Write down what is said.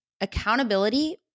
accountability